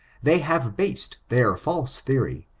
they have based their false theory,